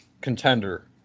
contender